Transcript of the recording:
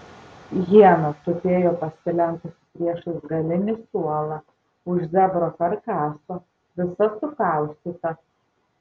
hiena tupėjo pasilenkusi priešais galinį suolą už zebro karkaso visa sukaustyta